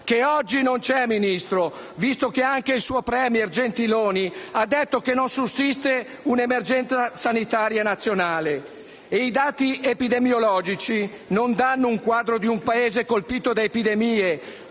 che oggi non c'è, Ministro, visto che anche il suo *premier* Gentiloni ha detto che non sussiste un'emergenza sanitaria nazionale. I dati epidemiologici non danno un quadro di un Paese colpito da epidemie